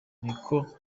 niko